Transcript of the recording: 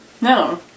No